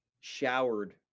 showered